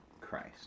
Christ